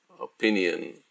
opinion